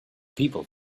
people